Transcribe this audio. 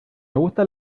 gustan